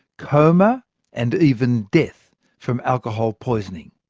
coma and even death from alcohol poisoning.